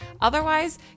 Otherwise